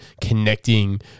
connecting